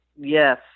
Yes